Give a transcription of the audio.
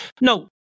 No